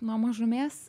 nuo mažumės